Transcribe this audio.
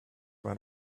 went